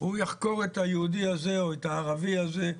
הוא יחקור את היהודי הזה או את הערבי הזה,